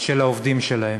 של העובדים שלהם.